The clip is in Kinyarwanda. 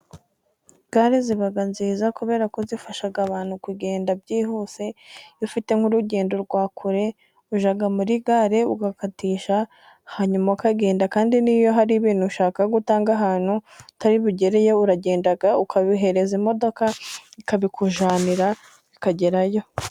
Gare ziba nziza kubera ko zifasha abantu kugenda byihuse, iyo ufite nk'urugendo rwa kure ujya muri gare ugakatisha hanyuma ukagenda, kandi n'iyo hari ibintu ushaka gutanga ahantu utari bugereyo, uragenda ukabihereza imodoka ikabikujyanira bikagerayo.